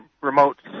remote